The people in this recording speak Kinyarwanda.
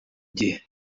gihe